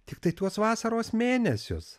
tiktai tuos vasaros mėnesius